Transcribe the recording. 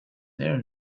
there